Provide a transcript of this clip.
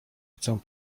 chcę